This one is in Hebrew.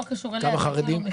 כמה חרדים?